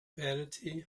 vanity